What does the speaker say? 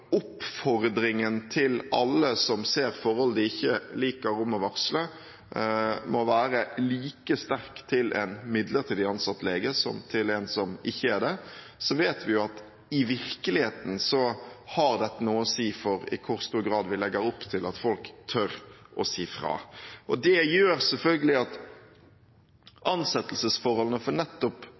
forhold de ikke liker, må være like sterk til en midlertidig ansatt lege som til en som ikke er det, vet vi at i virkeligheten har dette noe å si for i hvor stor grad vi legger opp til at folk tør å si fra. Det gjør selvfølgelig at ansettelsesforholdene for nettopp